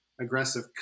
aggressive